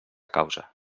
causa